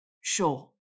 Sure